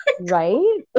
right